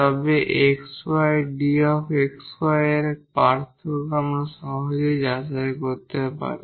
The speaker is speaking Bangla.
তবে এটি xy 𝑑 𝑥𝑦 এর পার্থক্য আমরা সহজেই যাচাই করতে পারি